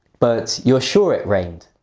but, you're sure it rained.